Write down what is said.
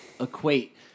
equate